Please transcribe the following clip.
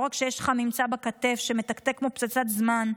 לא רק שיש לך ממצא בכתף שמתקתק כמו פצצת זמן,